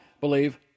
believe